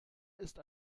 ist